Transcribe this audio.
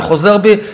אני חוזר בי,